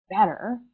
better